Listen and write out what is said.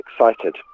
excited